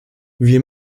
wir